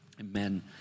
amen